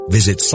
Visit